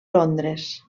londres